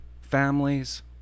Families